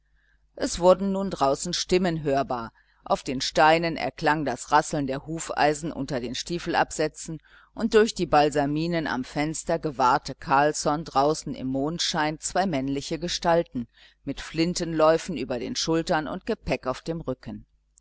es wurden nun draußen stimmen hörbar auf den steinen erklang das rasseln der hufeisen unter den stiefelabsätzen und durch die balsaminen am fenster gewahrte carlsson draußen im mondschein zwei männliche gestalten mit flintenläufen über den schultern und gepäck auf dem rücken